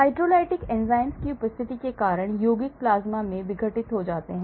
hydrolytic enzyme की उपस्थिति के कारण यौगिक प्लाज्मा में विघटित हो जाते हैं